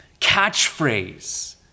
catchphrase